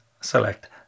select